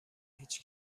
هیچ